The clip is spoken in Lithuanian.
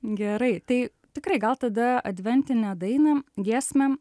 gerai tai tikrai gal tada adventinę dainą giesmę